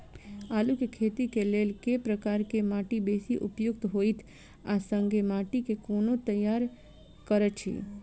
आलु केँ खेती केँ लेल केँ प्रकार केँ माटि बेसी उपयुक्त होइत आ संगे माटि केँ कोना तैयार करऽ छी?